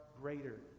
greater